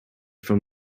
from